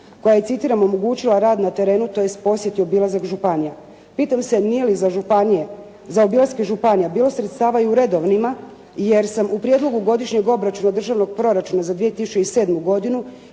koja je, citiram: «omogućila rad na terenu tj. posjet i obilazak županija». Pitam se nije li za županije, za obilaske županija bilo sredstava i u redovnima jer sam u Prijedlogu godišnjeg obračuna državnog proračuna za 2007. godinu